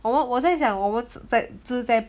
哦我我在想我们直接直接